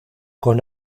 con